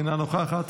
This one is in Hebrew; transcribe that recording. אינה נוכחת,